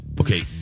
Okay